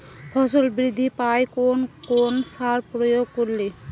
ফসল বৃদ্ধি পায় কোন কোন সার প্রয়োগ করলে?